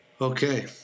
okay